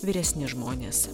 vyresni žmonės